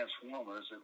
Transformers